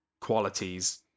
qualities